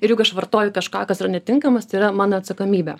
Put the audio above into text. ir juk aš vartoju kažką kas yra netinkamas tai yra mano atsakomybė